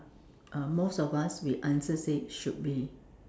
uh most of us we answer say should be